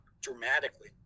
dramatically